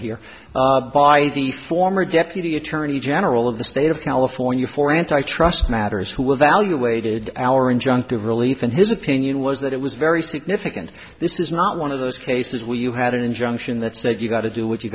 here by the former deputy attorney general of the state of california for antitrust matters who evaluated our injunctive relief and his opinion was that it was very significant this is not one of those cases where you had an injunction that said you got to do what you